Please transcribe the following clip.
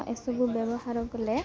ଏସବୁ ବ୍ୟବହାର କଲେ